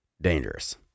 dangerous